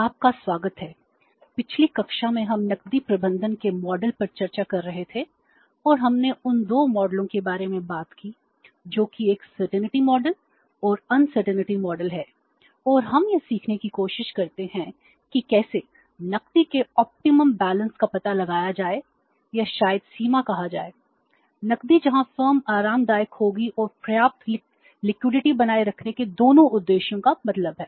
आपका स्वागत है पिछली कक्षा में हम नकदी प्रबंधन के मॉडल बनाए रखने के दोनों उद्देश्यों का मतलब है